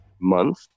month